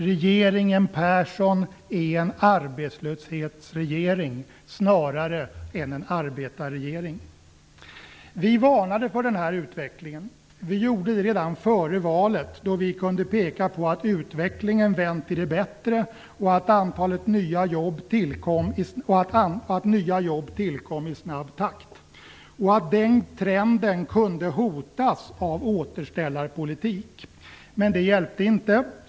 Regeringen Persson är en arbetslöshetsregering snarare än en arbetarregering. Vi varnade för denna utveckling. Vi gjorde det redan före valet, då vi kunde peka på att utvecklingen vänt till det bättre och att nya jobb tillkom i snabb takt, och att den trenden kunde hotas av återställarpolitik. Men det hjälpte inte.